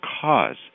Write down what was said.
cause